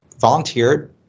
volunteered